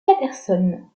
patterson